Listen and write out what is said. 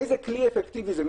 איזה כלי אפקטיבי זה?